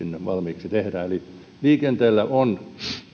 valmiiksi tehdään eli liikenteellä on